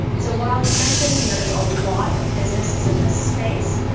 so while you mentioned, you know there's a lot of businesses in this space.